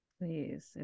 please